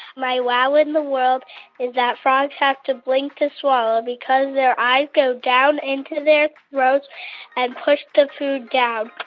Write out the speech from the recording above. my wow in the world is that frogs have to blink to swallow because their eyes go down into their throats and push the food down ah